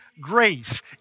grace